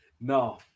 No